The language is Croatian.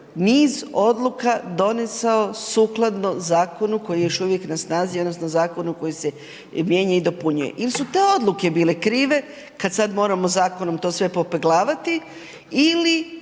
niz odluka donesao sukladno zakonu koji je još uvijek na snazi, odnosno zakonu koji se mijenja i dopunjuje. Il su te odluke bile krive kad sad moramo zakonom to sve popeglavati ili